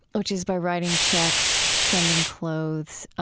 which is by writing checks, sending clothes,